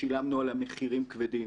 ששילמנו עליה מחירים כבדים.